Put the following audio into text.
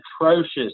atrocious